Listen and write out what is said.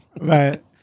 right